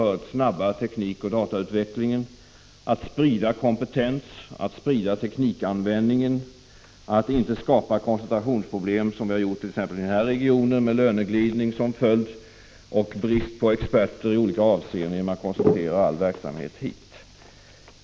1985/86:53 datautvecklingen, att sprida kompetens, sprida teknikanvändning, att inte 17 december 1985 skapa koncentrationsproblem — som vi har gjort t.ex. i den här regionen, med löneglidning och brist på experter som följd, genom att koncentrera all verksamhet hit.